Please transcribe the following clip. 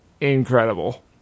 incredible